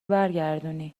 برگردونی